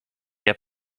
heb